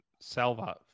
Salva